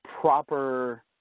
proper